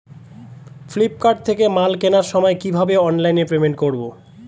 Flipkart থেকে মাল কেনার সময় কিভাবে অনলাইনে পেমেন্ট করব?